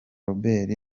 robert